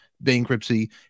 bankruptcy